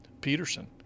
Peterson